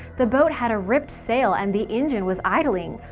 the boat had a ripped sail and the engine was idling.